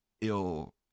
ill